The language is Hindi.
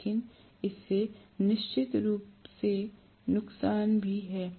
लेकिन इससे निश्चित रूप से नुकसान भी है